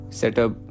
setup